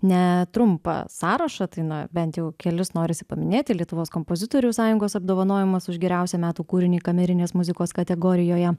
netrumpą sąrašą tai na bent jau kelis norisi paminėti lietuvos kompozitorių sąjungos apdovanojimas už geriausią metų kūrinį kamerinės muzikos kategorijoje